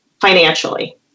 financially